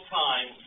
time